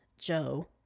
Joe